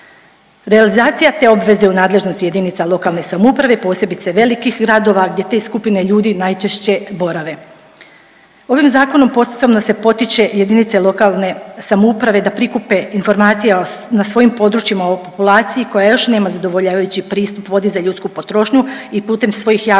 Realizacija te obveze u nadležnosti je jedinica lokalne samouprave, posebice velikih gradova gdje te skupine ljudi najčešće borave. Ovim zakonom posebno se potiče jedinice lokalne samouprave da prikupe informacije na svojim područjima o populaciji koja još nema zadovoljavajući pristup vodi za ljudsku potrošnju i putem svojih javnih